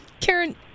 Karen